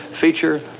feature